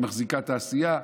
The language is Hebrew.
היא מחזיקה תעשייה.